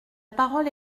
parole